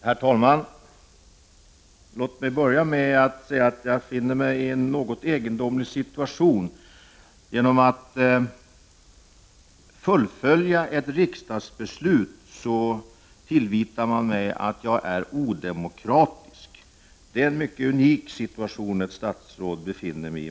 Herr talman! Låt mig börja med att säga att jag befinner mig i en något egendomlig situation. När jag fullföljer ett riksdagsbeslut, tillvitar man mig att vara odemokratisk. Det måste vara unikt för ett statsråd.